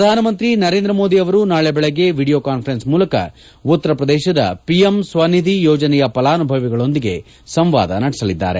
ಪ್ರಧಾನಮಂತ್ರಿ ನರೇಂದ್ರ ಮೋದಿ ಅವರು ನಾಳೆ ಬೆಳಿಗ್ಗೆ ವಿಡಿಯೋ ಕಾನ್ಟರೆನ್ಪ್ ಮೂಲಕ ಉತ್ತರಪ್ರದೇಶದ ಪಿಎಂ ಸ್ವನಿಧಿ ಯೋಜನೆಯ ಫಲಾನುಭವಿಗಳೊಂದಿಗೆ ಸಂವಾದ ನಡೆಸಲಿದ್ದಾರೆ